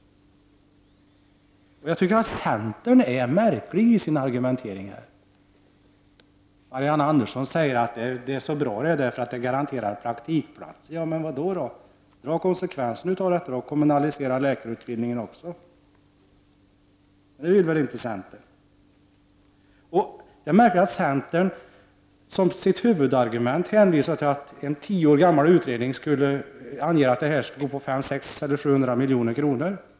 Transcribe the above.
Centern är märklig i sin argumentering på den punkten. Marianne Andersson i Vårgårda säger att detta är så bra, eftersom det garanterar praktikplatser. Om kan skulle dra ut konsekvensen av detta, skulle man kommunalisera även läkarutbildningen. Men det vill inte centern. Det är märkligt att centern som sitt huvudargument hänvisar till en tio år gammal utredning och anger att detta skulle gå på 500-700 milj.kr.